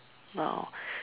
no